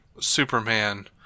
Superman